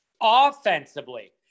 Offensively